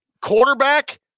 Quarterback